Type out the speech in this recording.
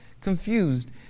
confused